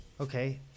Okay